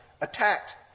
attacked